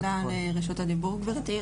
תודה על רשות הדיבור גברתי.